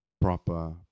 proper